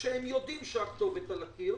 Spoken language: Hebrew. כשהם יודעים שהכתובת על הקיר,